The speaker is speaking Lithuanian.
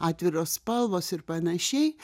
atviros spalvos ir panašiai